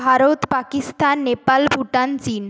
ভারত পাকিস্তান নেপাল ভুটান চীন